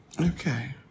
Okay